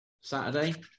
Saturday